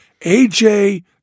aj